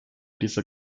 dieser